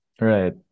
Right